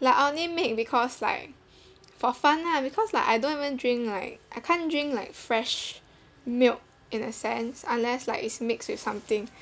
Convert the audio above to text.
like I only make because like for fun lah because like I don't even drink like I can't drink like fresh milk in a sense unless like it's mixed with something